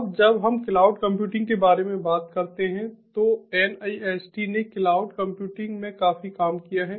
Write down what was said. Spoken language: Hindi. अब जब हम क्लाउड कंप्यूटिंग के बारे में बात करते हैं तो NIST ने क्लाउड कंप्यूटिंग में काफी काम किया है